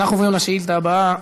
אנחנו עוברים לשאילתה הבאה,